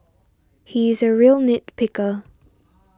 he is a real nit picker